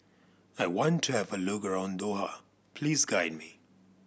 I want to have a look around Doha please guide me